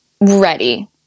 ready